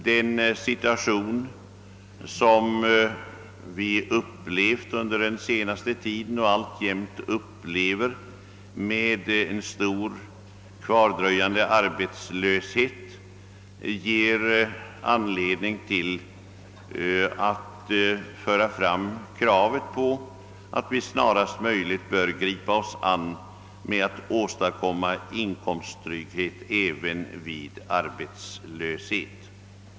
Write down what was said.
Den situation som vi upplevt under den senaste tiden och alltjämt upplever, med en stor kvardröjande arbetslöshet, ger oss anledning att föra fram kravet på att man snarast möjligt griper sig an med att åstadkomma inkomsttrygghet även vid arbetslöshet.